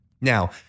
Now